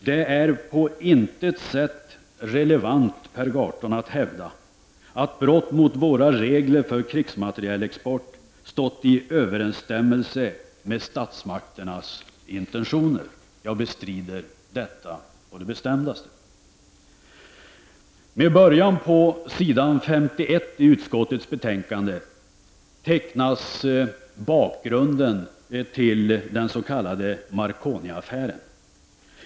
Det är på intet sätt relevant, Per Gahrton, att hävda att brott mot våra regler för krigsmaterielexport stått i överensstämmelse med statsmakternas intentioner. Jag bestrider detta på det bestämdaste. Med början på sidan 51 i utskottets betänkande tecknas bakgrunden till den s.k. Marconiaffären.